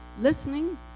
listening